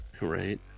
Right